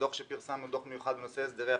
בדוח מיוחד שפרסמנו בנושא הסדרי הפנסיה.